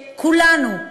שכולנו,